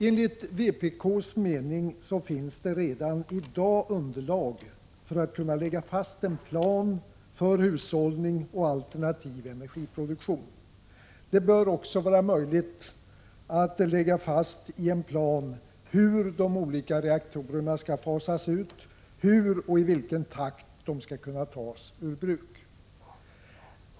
Enligt vpk:s mening finns det redan i dag underlag för att kunna lägga fast en plan för hushållning och alternativ energiproduktion. Det bör också vara möjligt att lägga fast i en plan hur de olika reaktorerna skall fasas ut, hur och i vilken takt de skall kunna tas ur bruk.